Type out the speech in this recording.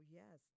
yes